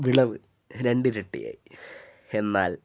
വിളവ് രണ്ടിരട്ടിയായി എന്നാൽ